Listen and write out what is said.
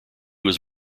was